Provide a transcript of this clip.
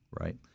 right